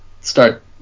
start